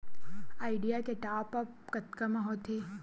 Idea के top आप कतका म होथे?